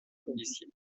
policiers